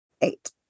Eight